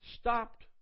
stopped